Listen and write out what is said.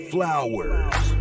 Flowers